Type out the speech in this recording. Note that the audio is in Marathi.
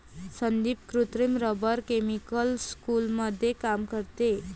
संदीप कृत्रिम रबर केमिकल स्कूलमध्ये काम करते